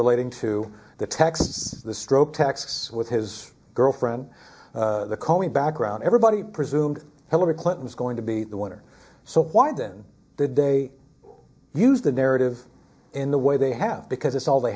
relating to the texts the stroke tax with his girlfriend the cohen background everybody presumed hillary clinton is going to be the winner so why then did they use the narrative in the way they have because it's all they